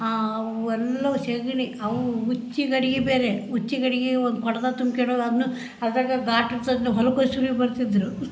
ಆ ಅವು ಎಲ್ಲವು ಸಗ್ಣಿ ಅವು ಉಚ್ಚೆ ಗಡಿಗೆ ಬೇರೆ ಉಚ್ಚೆ ಗಡಿಗೆಗೆ ಒಂದು ಕೊಡ್ದಾಗೆ ತುಂಬ್ಕೆಂಡೋಗಿ ಅದನ್ನು ಅದ್ರಾಗೆ ಬಾಟ್ರಿ ಸದುನು ಹೊಲಕ್ಕೆ ಹೋಯಿ ಸುರುವಿ ಬರ್ತಿದ್ದರು